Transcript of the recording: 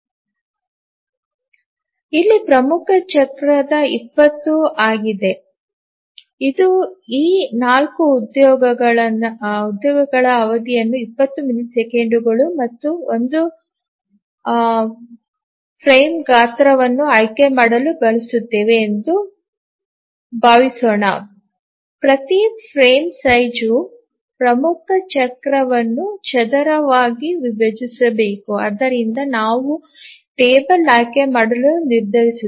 ಇಲ್ಲಿ ಪ್ರಮುಖ ಚಕ್ರವು 20 ಆಗಿದೆ ಇದು ಈ ನಾಲ್ಕು ಉದ್ಯೋಗಗಳ ಅವಧಿಯ 20 ಮಿಲಿಸೆಕೆಂಡುಗಳು ಮತ್ತು ನಾವು ಫ್ರೇಮ್ ಗಾತ್ರವನ್ನು ಆಯ್ಕೆ ಮಾಡಲು ಬಯಸುತ್ತೇವೆ ಎಂದು ಭಾವಿಸೋಣ ಪ್ರತಿ ಫ್ರೇಮ್ ಗಾತ್ರವು ಪ್ರಮುಖ ಚಕ್ರವನ್ನು ಚದರವಾಗಿ ವಿಭಜಿಸಬೇಕು ಮತ್ತು ಆದ್ದರಿಂದ ನಾವು ಟೇಬಲ್ ಆಯ್ಕೆ ಮಾಡಲು ನಿರ್ಧರಿಸುತ್ತೇವೆ